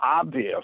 obvious